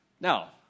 Now